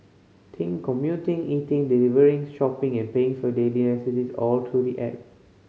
think commuting eating delivering shopping and paying for your daily necessities all through the app